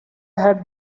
had